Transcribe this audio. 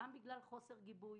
גם בגלל חוסר גיבוי,